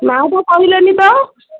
ନାଁଟା କହିଲେନି ତ